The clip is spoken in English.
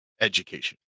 education